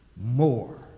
more